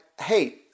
hey